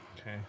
Okay